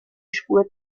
spur